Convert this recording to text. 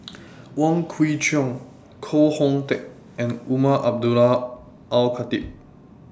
Wong Kwei Cheong Koh Hoon Teck and Umar Abdullah Al Khatib